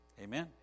Amen